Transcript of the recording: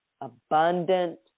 abundant